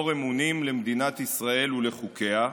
ישראל ולחוקיה,